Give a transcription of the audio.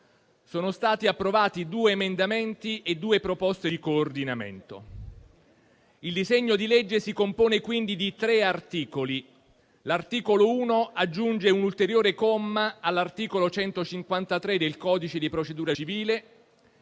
sono stati approvati due emendamenti e due proposte di coordinamento. Il disegno di legge si compone di tre articoli. L'articolo 1 aggiunge un ulteriore comma all'articolo 153 del codice di procedura civile